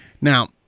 Now